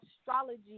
astrology